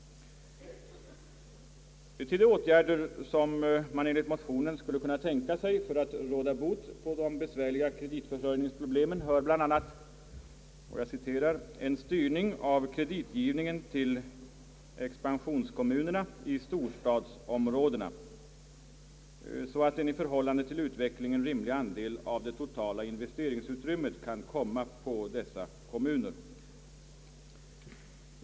Till de åtgärder som man enligt motionen skulle kunna tänka sig för att råda bot för de besvärliga kreditförsörjningsproblemen hör bl.a. en styrning av kreditgivningen till expansionskommunerna i storstadsområdena så att en i förhållande till utvecklingen rimlig andel av det totala investeringsutrymmet kunde komma på dessa kommuner.